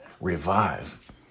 revive